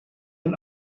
een